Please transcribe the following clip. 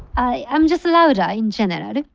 i'm just louder in general.